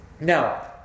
now